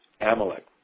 Amalek